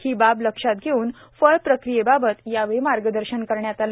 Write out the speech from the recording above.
ही बाब लक्षात घेऊन फळ प्रक्रियेबाबत मार्गदर्शन करण्यात आले